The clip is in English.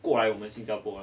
过来我们新加坡呢